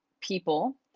people